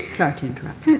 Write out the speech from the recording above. sorry to interrupt.